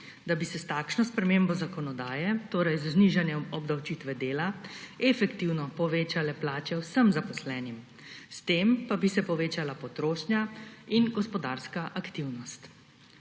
da bi se s takšno spremembo zakonodaje, torej z znižanjem obdavčitve dela, efektivno povečale plače vsem zaposlenim. S tem pa bi se povečala potrošnja in gospodarska aktivnost.